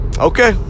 Okay